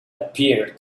appeared